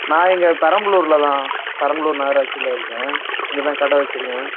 நான் இங்கே பெரம்பலூரில் தான் பெரம்பலூர் நகராட்சியில் இருக்கேன் இங்கே தான் கடை வைச்சுருக்கேன்